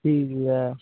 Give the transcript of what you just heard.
ਠੀਕ ਹੈ